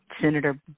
Senator